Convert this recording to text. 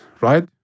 right